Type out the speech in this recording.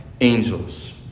angels